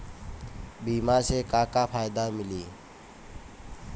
बीमा से का का फायदा मिली?